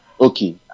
okay